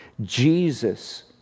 Jesus